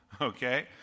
okay